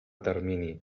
termini